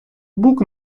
бук